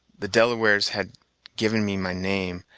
the delawares have given me my name,